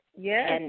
yes